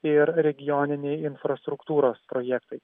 ir regioniniai infrastruktūros projektai